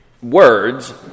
Words